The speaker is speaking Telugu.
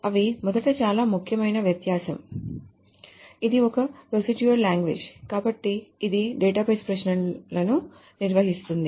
అవి మొదట చాలా ముఖ్యమైన వ్యత్యాసం ఇది ఒక ప్రోసేడ్యురల్ లాంగ్వేజ్ కాబట్టి ఇది డేటాబేస్ ప్రశ్నలను నిర్వచిస్తుంది